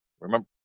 Remember